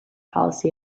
policy